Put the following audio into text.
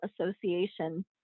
Association